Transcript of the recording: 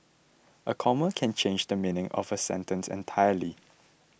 a comma can change the meaning of a sentence entirely